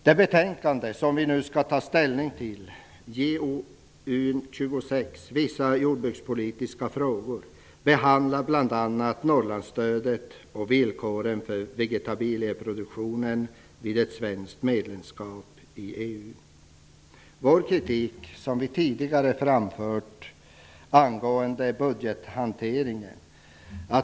Det betänkande som vi nu skall ta ställning till, JoU26 Vissa jordbrukspolitiska frågor, behandlar bl.a. Norrlandsstödet och villkoren för vegetabilieproduktionen vid ett svenskt medlemskap i EU. Vår kritik har vi tidigare framfört angående budgethanteringen.